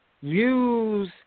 use